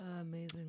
Amazing